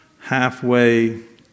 halfway